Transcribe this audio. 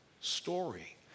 story